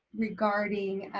regarding